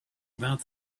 about